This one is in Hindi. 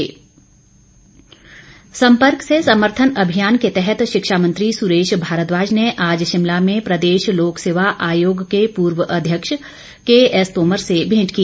सुरेश भारद्वाज सम्पर्क से समर्थन अभियान के तहत शिक्षामंत्री सुरेश भारद्वाज ने आज शिमला में प्रदेश लोकसेवा आयोग के पूर्व अध्यक्ष के एस तोमर से भेंट की